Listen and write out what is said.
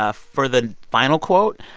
ah for the final quote,